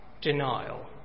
denial